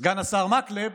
סגן השר מקלב